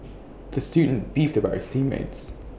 the student beefed about his team mates